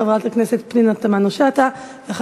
חברת הכנסת פנינה תמנו-שטה מצביעה בעד.